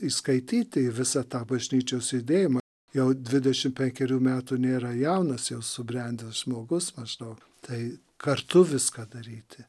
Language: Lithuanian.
įskaityti visą tą bažnyčios judėjimą jau dvidešimt penkerių metų nėra jaunas jau subrendęs žmogus mąstau tai kartu viską daryti